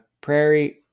Prairie